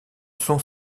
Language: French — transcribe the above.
sont